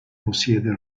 possiede